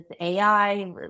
AI